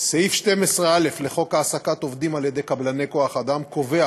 סעיף 12א לחוק העסקת עובדים על ידי קבלני כוח אדם קובע